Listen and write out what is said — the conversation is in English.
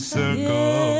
circle